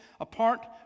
apart